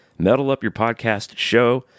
metalupyourpodcastshow